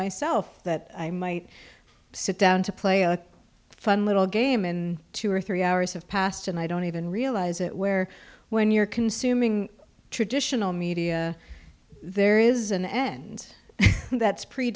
myself that i might sit down to play a fun little game and two or three hours have passed and i don't even realize it where when you're consuming traditional media there is an end that's pre